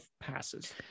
passes